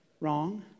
Wrong